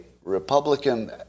Republican